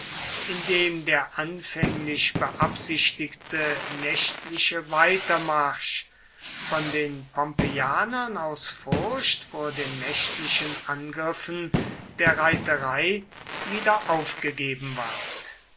indem der anfänglich beabsichtigte nächtliche weitermarsch von den pompeianern aus furcht vor den nächtlichen angriffen der reiterei wieder aufgegeben ward